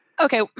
Okay